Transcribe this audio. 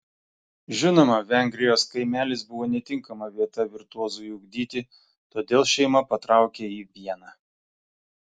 žinoma vengrijos kaimelis buvo netinkama vieta virtuozui ugdyti todėl šeima patraukė į vieną